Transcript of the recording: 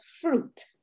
fruit